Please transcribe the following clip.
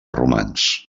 romans